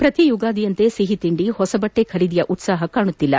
ಪ್ರತಿ ಯುಗಾದಿಯಂತೆ ಸಿಹಿ ತಿಂಡಿ ಹೊಸ ಬಟ್ಟೆ ಖರೀದಿಯ ಉತ್ಸಾಹವಿಲ್ಲ